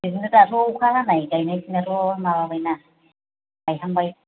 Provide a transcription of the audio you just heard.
बिदिनो दाथ' अखा हानाय गायनाय फुनायबो माबाबायना गायखांबाय